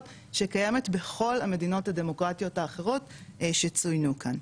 שקיימת בכל המדינות הדמוקרטיות האחרות שצוינו כאן.